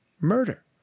murder